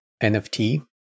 NFT